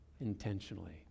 intentionally